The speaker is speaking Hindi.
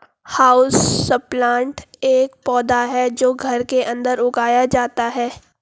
हाउसप्लांट एक पौधा है जो घर के अंदर उगाया जाता है